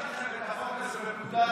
השר, יש לכם את החוק הזה בפקודת